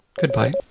Goodbye